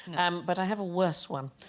and um, but i have a worse one.